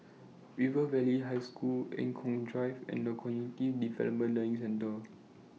River Valley High School Eng Kong Drive and The Cognitive Development Learning Centre